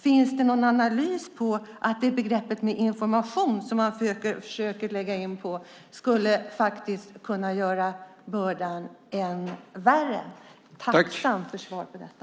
Finns det någon analys av att begreppet information skulle kunna göra bördan än värre? Jag är tacksam för svar på detta.